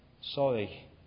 sorry